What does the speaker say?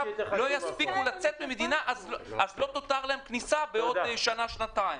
יספיקו לצאת מהמדינה אז לא תותר להם כניסה בעוד שנה שנתיים.